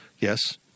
Yes